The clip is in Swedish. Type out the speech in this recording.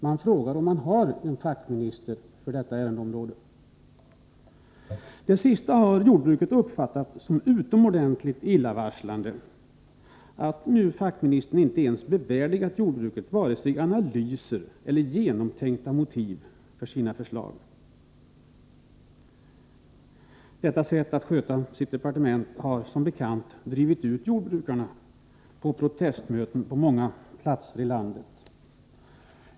Man frågar om det finns en fackminister för detta ämnesområde. Jordbruket har uppfattat det som utomordentligt illavarslande att fackministern inte bevärdigat jordbruket med vare sig analyser eller genomtänkta motiv för sina förslag. Detta sätt av jordbruksministern att sköta sitt departement har som bekant drivit ut jordbrukarna till protestmöten på många platser i landet.